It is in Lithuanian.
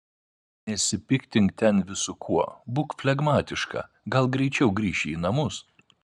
nesipiktink ten visu kuo būk flegmatiška gal greičiau grįši į namus